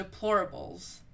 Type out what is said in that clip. deplorables